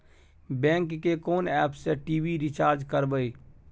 Bank के कोन app से टी.वी रिचार्ज करबे?